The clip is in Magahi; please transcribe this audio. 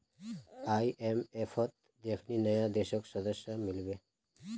आईएमएफत देखनी नया देशक सदस्यता मिल बे